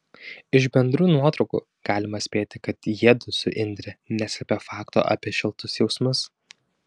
iš bendrų nuotraukų galima spėti kad jiedu su indre neslepia fakto apie šiltus jausmus